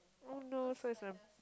oh no so it's a